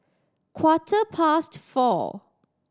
quarter past four